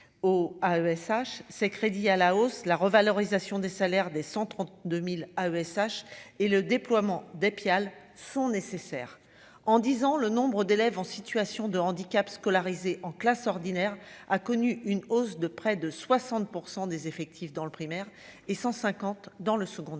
au à ESH ces crédits à la hausse, la revalorisation des salaires des 132000 AESH et le déploiement des pial sont nécessaires en 10 ans le nombre d'élèves en situation de handicap scolarisés en classe ordinaire a connu une hausse de près de 60 pour 100 des effectifs dans le primaire et 150 dans le secondaire,